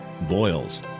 boils